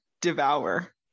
devour